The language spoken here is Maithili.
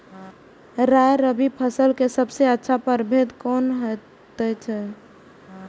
राय रबि फसल के सबसे अच्छा परभेद कोन होयत अछि?